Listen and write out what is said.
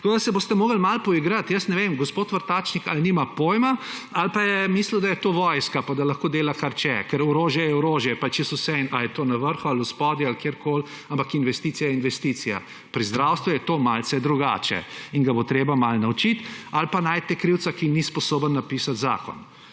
zdravje. Se boste morali malo poigrati. Jaz ne vem, gospod Vrtačnik ali nima pojma ali pa je mislil, da je to vojska pa da lahko dela, kar hoče, ker orožje je orožje pa je čisto vseeno, ali je to na vrhu ali spodaj ali kjerkoli, ampak investicija je investicija. Pri zdravstvu je to malce drugače in ga bo treba malo naučiti; ali pa najdite krivca, ki ni sposoben napisati zakona.